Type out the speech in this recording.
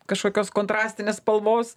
kažkokios kontrastinės spalvos